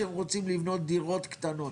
שהם רוצים לבנות דירות קטנות.